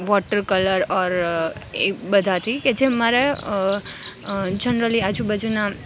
water colour or એ બધાથી કે જે મારે જનરલી આજુબાજુના